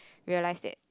realise that